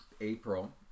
April